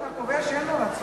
אתה כבר קובע שאין לו רצון?